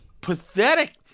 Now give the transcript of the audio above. pathetic